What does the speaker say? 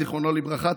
זיכרונו לברכה,